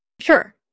Sure